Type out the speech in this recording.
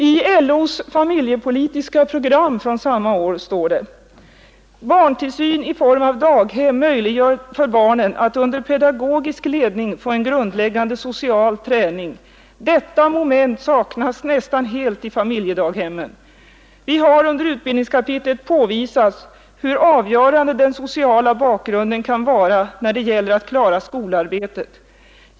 I LO:s familjepolitiska program från samma år heter det: ”Barntillsyn i form av daghem möjliggör för barnen att under pedagogisk ledning få en grundläggande social träning. Detta moment saknas nästan helt i familjedaghemmen. Vi har under utbildningskapitlet påvisat hur avgörande den sociala bakgrunden kan vara när det gäller att klara skolarbetet.